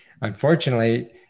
unfortunately